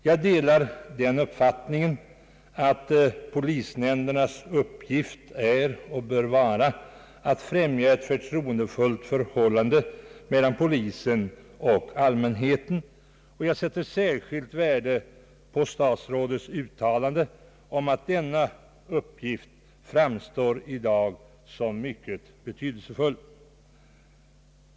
Jag delar den uppfattningen att polisnämndernas uppgift är och bör vara att främja ett förtroendefullt förhållande mellan polisen och allmänheten, och jag sätter särskilt värde på statsrådets uttalande om att denna uppgift i dag framstår som mycket betydelsefull.